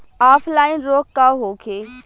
Offline रोग का होखे?